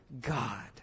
God